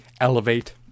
elevate